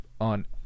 On